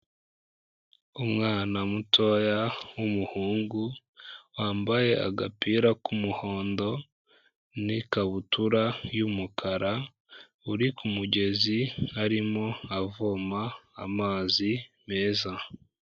Umwana mutoya w'umuhungu wambaye agapira k'umuhondo n'ikabutura y'umukara, uri ku mugezi arimo avoma amazi meza.